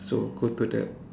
so go to that